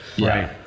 Right